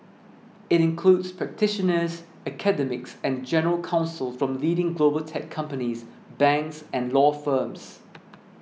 it includes practitioners academics and general counsel from leading global tech companies banks and law firms